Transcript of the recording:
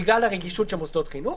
בגלל הרגישות של מוסדות חינוך,